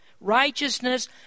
Righteousness